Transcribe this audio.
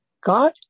God